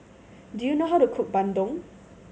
do you know how to cook bandung